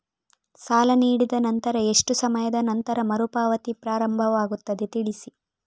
ಸಾಲ ನೀಡಿದ ನಂತರ ಎಷ್ಟು ಸಮಯದ ನಂತರ ಮರುಪಾವತಿ ಪ್ರಾರಂಭವಾಗುತ್ತದೆ ತಿಳಿಸಿ?